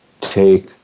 take